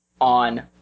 on